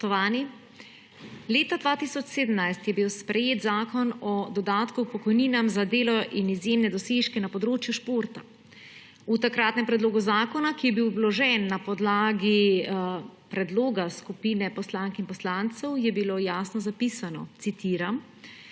Spoštovani! Leta 2017 je bil sprejet Zakon o dodatku k pokojnini za delo in izjemne dosežke na področju športa. V takratnem predlogu zakona, ki je bil vložen na podlagi predloga skupine poslank in poslancev, je bilo jasno zapisano, citiram,